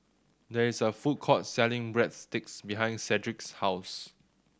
there is a food court selling Breadsticks behind Sedrick's house